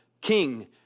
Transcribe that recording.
king